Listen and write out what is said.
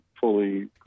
fully